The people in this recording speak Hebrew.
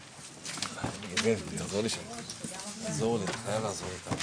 הישיבה ננעלה בשעה 15:07.